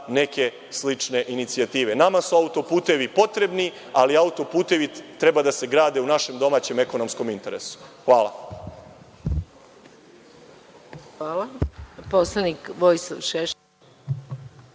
neke slične inicijative. Nama su auto-putevi potrebni, ali auto-putevi treba da se grade u našem domaćem ekonomskom interesu. Hvala.